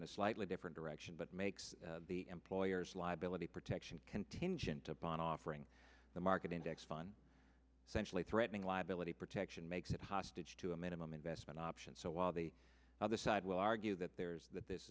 in a slightly different direction but makes the employer's liability protection contingent upon offering the market index fund centrally threatening liability protection makes it hostage to a minimum investment option so while the other side will argue that there's that this